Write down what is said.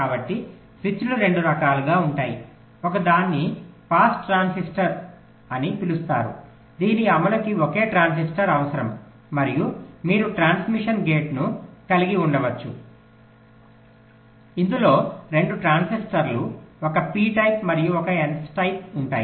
కాబట్టి స్విచ్లు 2 రకాలుగా ఉంటాయి ఒకదాన్ని పాస్ ట్రాన్సిస్టర్ అని పిలుస్తారు దీని అమలుకి ఒకే ట్రాన్సిస్టర్ అవసరం మరియు మీరు ట్రాన్స్మిషన్ గేట్ను కలిగి ఉండవచ్చు ఇందులో రెండు ట్రాన్సిస్టర్లు ఒక పి టైప్ మరియు ఒక ఎన్ టైప్ ఉంటాయి